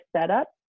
setup